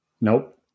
Nope